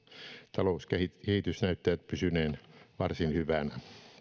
talouskehitys näyttää pysyneen varsin hyvänä